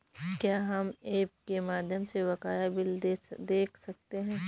क्या हम ऐप के माध्यम से बकाया बिल देख सकते हैं?